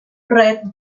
red